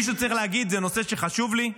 מישהו צריך להגיד: זה נושא שחשוב לי,